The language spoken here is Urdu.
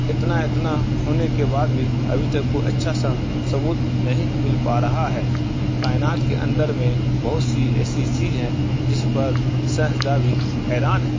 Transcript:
اتنا اتنا ہونے کے بعد بھی ابھی تک کوئی اچھا سا ثبوت نہیں مل پا رہا ہے کائنات کے اندر میں بہت سی ایسی چیز ہیں جس پر سائنسداں بھی حیران ہے